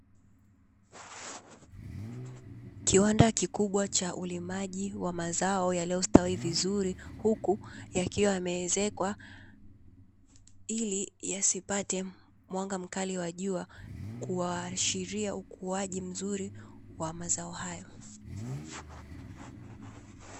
Kiwanda kikubwa cha ulimaji wa mazao yaliyostawi vizuri .Huku yakiwa yameezekwa ili yasipate mwanga mkali wa jua kuashiria ukuaji mzuri wa mazao hayo.